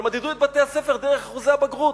אבל מדדו את בתי-הספר דרך אחוזי הבגרות.